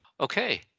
Okay